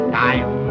time